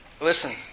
Listen